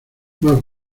más